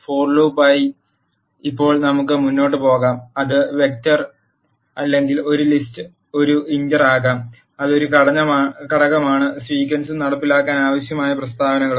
four loop ആയി ഇപ്പോൾ നമുക്ക് മുന്നോട്ട് പോകാം അത് വെക്റ്റർ അല്ലെങ്കിൽ ഒരു ലിസ്റ്റ് ഒരു ഇറ്റർ ആകാം അത് ഒരു ഘടകമാണ് സീക്വൻസും നടപ്പിലാക്കാൻ ആവശ്യമായ പ്രസ്താവനകളും